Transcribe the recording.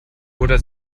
oder